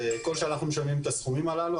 כל שנה אנחנו משלמים את הסכומים הללו.